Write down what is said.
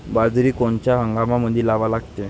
बाजरी कोनच्या हंगामामंदी लावा लागते?